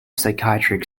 psychiatric